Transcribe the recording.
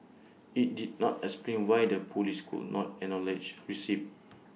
IT did not explain why the Police could not acknowledge receipt